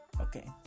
Okay